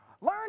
Learn